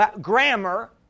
grammar